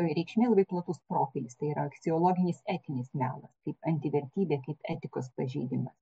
reikšmė labai platus profilis tai yra aksiologinis etinis melas kaip antivertybė kaip etikos pažeidimas